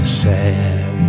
sad